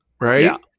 right